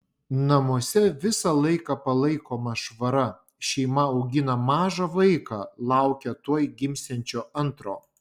namuose visą laiką palaikoma švara šeima augina mažą vaiką laukia tuoj gimsiančio antro